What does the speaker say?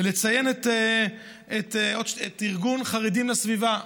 ולציין את ארגון חרדים לסביבה,